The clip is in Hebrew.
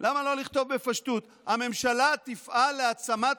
למה לא לכתוב בפשטות: הממשלה תפעל להעצמת